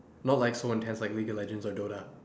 not like so intense like league of legends or DOTA